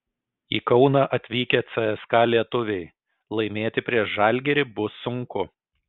į kauną atvykę cska lietuviai laimėti prieš žalgirį bus sunku